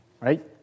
Right